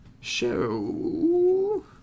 show